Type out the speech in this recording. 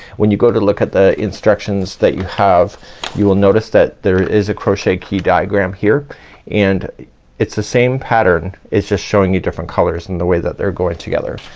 when you go to look at the instructions that you have you will notice that there is a crochet key diagram here and it's the same pattern. it's just showing you different colors in the way that they're going together.